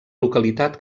localitat